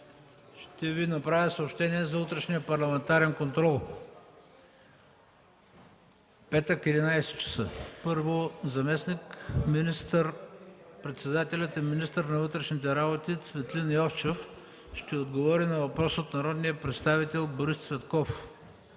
Ще направя съобщения за утрешния парламентарен контрол – петък, 11,00 ч. Заместник министър-председателят и министър на вътрешните работи Цветлин Йовчев ще отговори на въпрос от народния представител Борис Цветков.